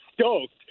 stoked